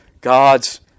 God's